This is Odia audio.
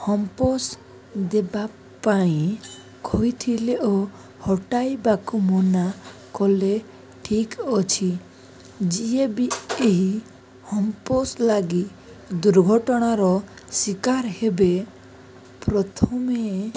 ହମ୍ପସ୍ ଦେବା ପାଇଁ କହିଥିଲେ ଓ ହଟାଇବାକୁ ମନା କଲେ ଠିକ୍ ଅଛି ଯିଏ ବି ଏହି ହମ୍ପସ୍ ଲାଗି ଦୁର୍ଘଟଣାର ଶିକାର ହେବେ ପ୍ରଥମେ